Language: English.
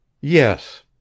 Yes